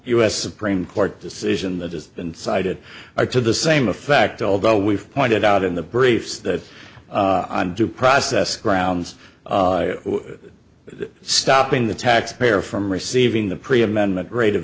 s supreme court decision that has been cited or to the same effect although we've pointed out in the briefs that on due process grounds that stopping the taxpayer from receiving the pre amendment rate of